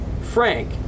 Frank